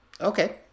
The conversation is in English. Okay